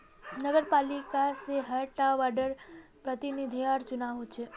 नगरपालिका से हर टा वार्डर प्रतिनिधिर चुनाव होचे